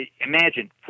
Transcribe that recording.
imagine